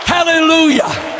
Hallelujah